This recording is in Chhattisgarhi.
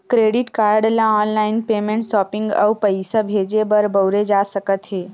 क्रेडिट कारड ल ऑनलाईन पेमेंट, सॉपिंग अउ पइसा भेजे बर बउरे जा सकत हे